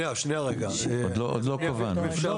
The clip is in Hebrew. עוד לא קבענו.